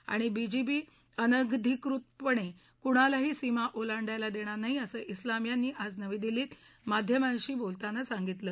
आणि बीजीबी अनाधिकृतपणे कुणालाही सीमा ओलांडायला देणार नाही असं क्लाम यांनी आज नवी दिल्लीत माध्मांशी बोलताना सांगितलं